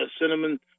cinnamon